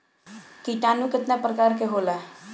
किटानु केतना प्रकार के होला?